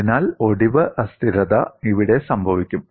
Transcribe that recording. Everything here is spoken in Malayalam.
അതിനാൽ ഒടിവ് അസ്ഥിരത ഇവിടെ സംഭവിക്കും